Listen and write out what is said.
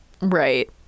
Right